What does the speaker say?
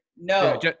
no